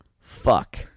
fuck